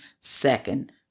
second